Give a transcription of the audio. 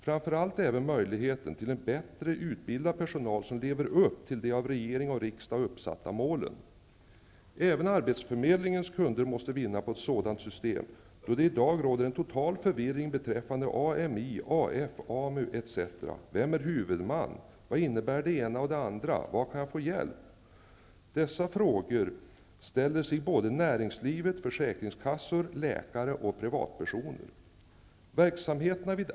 Framför allt får man möjlighet till en bättre utbildad personal som lever upp till de av regering och riksdag uppsatta målen. Även arbetsförmedlingens kunder måste vinna på ett sådant system, då det i dag råder en total förvirring beträffande AMI, AF, AMU etc. Vem är huvudman? Vad innebär det ena och det andra? Var kan jag få hjälp? Dessa frågor ställer sig näringslivet, försäkringskassor, läkare och privatpersoner.